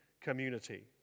community